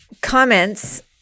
comments